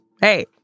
Hey